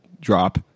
drop